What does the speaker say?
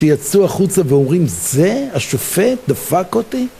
ויצאו החוצה ואומרים זה? השופט, דפק אותי?